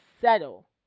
settle